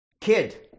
Kid